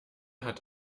hat